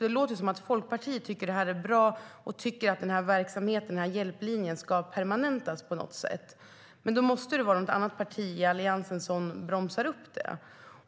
Det låter som om Folkpartiet tycker att detta är bra och att denna hjälplinje ska permanentas på något sätt. Då måste det vara något annat parti i Alliansen som bromsar upp det.